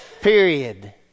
period